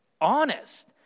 honest